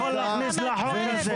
-- לימור סון הר מלך (עוצמה יהודית): אנחנו נתיישב,